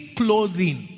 clothing